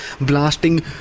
blasting